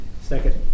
Second